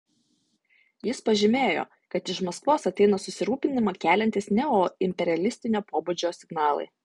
jis pažymėjo kad iš maskvos ateina susirūpinimą keliantys neoimperialistinio pobūdžio signalai